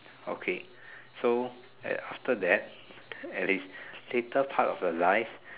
okay so at after that at later part of the life